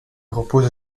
repose